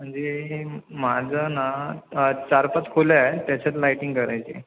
म्हणजे माझं ना चार पाच खोल्या आहे त्याच्यात लायटिंग करायची आहे